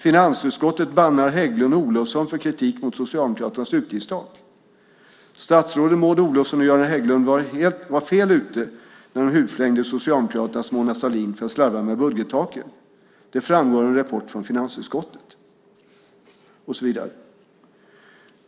Finansutskottet bannar Hägglund och Olofsson för kritik mot socialdemokraternas utgiftstak." Man skriver: "Statsråden Maud Olofsson och Göran Hägglund var fel ute när de hudflängde socialdemokraternas Mona Sahlin för att slarva med budgettaken. Det framgår av en rapport från finansutskottet."